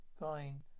Fine